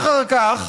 אחר כך,